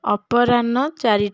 ଅପରାହ୍ନ ଚାରିଟା